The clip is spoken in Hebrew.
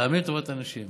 תאמין לי, לטובת הנשים.